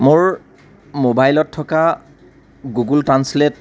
মোৰ মোবাইলত থকা গুগুল ট্ৰান্সলেট